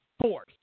force